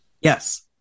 Yes